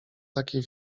takie